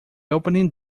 opening